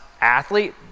athlete